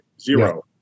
zero